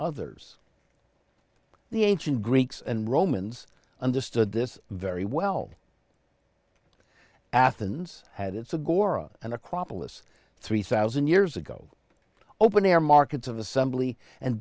others the ancient greeks and romans understood this very well athens had its a gora and acropolis three thousand years ago open air markets of assembly and